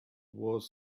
was